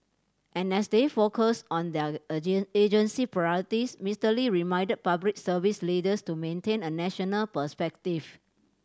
and as they focus on their agency priorities Mister Lee reminded Public Service leaders to maintain a national perspective